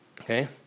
Okay